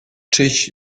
czyś